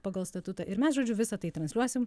pagal statutą ir mes žodžiu visa tai transliuosim